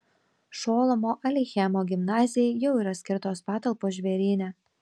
šolomo aleichemo gimnazijai jau yra skirtos patalpos žvėryne